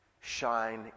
shine